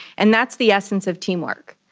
and that's the essence of teamwork.